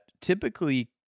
typically